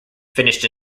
finished